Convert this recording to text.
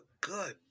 good